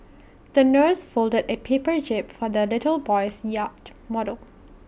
the nurse folded A paper jib for the little boy's yacht model